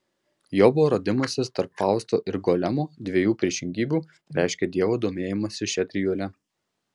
jobo radimasis tarp fausto ir golemo dviejų priešingybių reiškia dievo domėjimąsi šia trijule